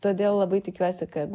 todėl labai tikiuosi kad